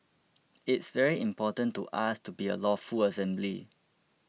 it's very important to us to be a lawful assembly